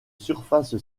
surface